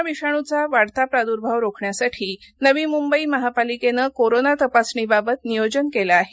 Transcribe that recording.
corona विषाणूचा वाढता प्रादुभाव रोखण्यासाठी नवी मुंबई महापालिकेनं कोरोना तपासणीबाबत नियोजन केलं आहे